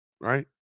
right